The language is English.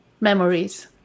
memories